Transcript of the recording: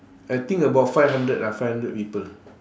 I think about five hundred ah five hundred people